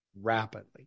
rapidly